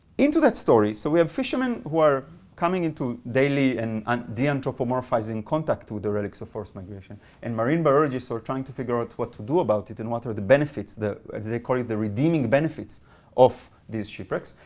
into that story, so we have fishermen who are coming into daily and um de-anthropomorphizing contact with the relics of forced migration, and marine biologists who are trying to figure out what to do about it, and what are the benefits, as they call it, the redeeming benefits of these shipwrecks.